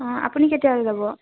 অঁ আপুনি কেতিয়া যাব